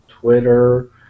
Twitter